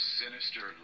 sinister